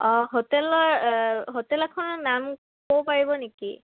অঁ হোটেলৰ হোটেল এখনৰ নাম ক'ব পাৰিব নেকি